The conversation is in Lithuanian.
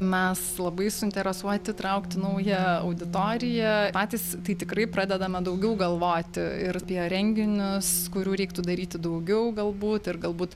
mes labai suinteresuoti įtraukti naują auditoriją patys tai tikrai pradedame daugiau galvoti ir apie renginius kurių reiktų daryti daugiau galbūt ir galbūt